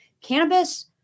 Cannabis